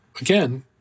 again